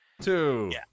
two